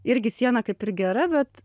irgi siena kaip ir gera bet